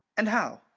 and how?